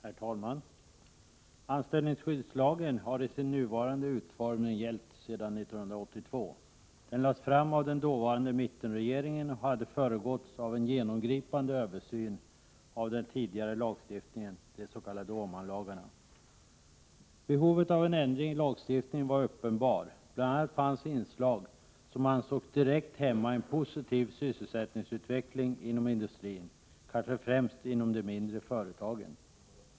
Herr talman! Anställningsskyddslagen har i sin nuvarande utformning gällt sedan 1982. Den lades fram av den dåvarande mittenregeringen och hade föregåtts av en genomgripande översyn av den tidigare lagstiftningen, de s.k. Åmanlagarna. Behovet av en ändring i lagstiftningen var uppenbart, Bl. a. fanns inslag som ansågs direkt hämma en positiv sysselsättningsutveckling inom industrin, kanske främst inom de mindre företagen.